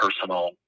personal